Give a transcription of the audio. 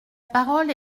parole